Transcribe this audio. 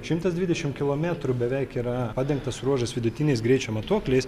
šimtas dvidešimt kilometrų beveik yra padengtas ruožas vidutiniais greičio matuokliais